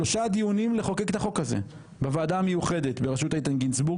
שלושה דיונים לחוקק את החוק הזה בוועדה המיוחדת בראשות איתן גינזבורג.